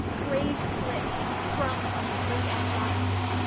brave slip, sprung from the great andronicus,